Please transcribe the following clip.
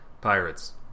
pirates